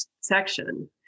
section